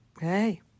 hey